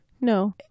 No